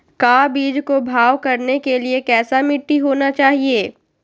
का बीज को भाव करने के लिए कैसा मिट्टी होना चाहिए?